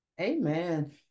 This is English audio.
Amen